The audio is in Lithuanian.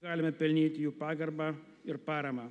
galime pelnyti jų pagarbą ir paramą